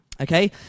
Okay